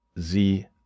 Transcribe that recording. Sie